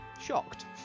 shocked